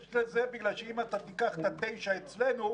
יש לזה כי אם אתה תיקח את ה-9 אצלנו,